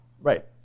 Right